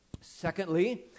Secondly